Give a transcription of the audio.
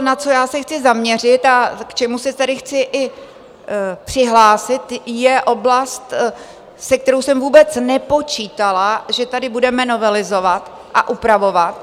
To, na co já se chci zaměřit a k čemu se tady chci i přihlásit, je oblast, se kterou jsem vůbec nepočítala, že tady budeme novelizovat a upravovat.